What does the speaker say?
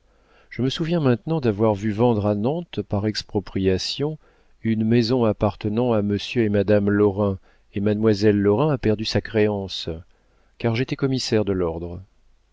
je me souviens maintenant d'avoir vu vendre à nantes par expropriation une maison appartenant à monsieur et madame lorrain et mademoiselle lorrain a perdu sa créance car j'étais commissaire de l'ordre